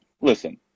listen